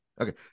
Okay